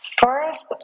First